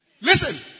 Listen